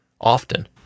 often